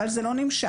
אבל זה לא נמשך.